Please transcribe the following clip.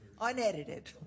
Unedited